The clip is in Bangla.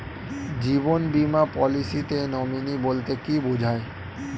জীবন বীমা পলিসিতে নমিনি বলতে কি বুঝায়?